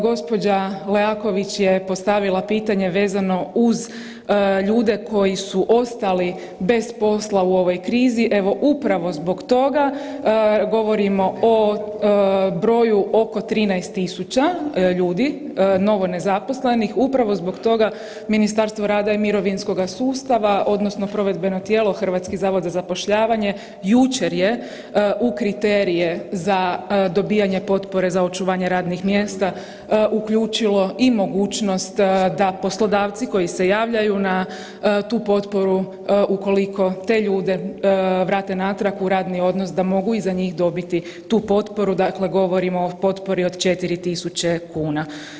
Gđa. Leaković je postavila pitanje vezano uz ljude koji su ostali bez posla u ovoj krizi, evo upravo zbog toga govorimo o broju oko 13 tisuća ljudi, novonezaposlenih, upravo zbog toga Ministarstvo rada i mirovinskog sustava odnosno provedbeno tijelo Hrvatski zavod za zapošljavanje jučer je u kriterije za dobivanje potpore za očuvanje radnih mjesta uključilo i mogućnost da poslodavci koji se javljaju na tu potporu, ukoliko te ljude vrate natrag u radni odnos, da mogu i za njih dobiti tu potporu, dakle govorimo o potpori od 4 tisuće kuna.